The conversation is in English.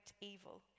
evil